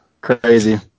crazy